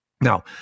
Now